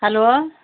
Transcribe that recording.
hello